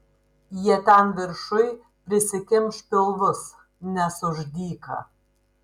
jie ten viršuj prisikimš pilvus nes už dyka